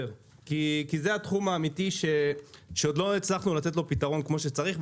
כי זה התחום האמיתי שעוד לא הצלחנו לתת לו פתרון כפי שצריך.